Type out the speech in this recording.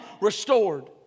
restored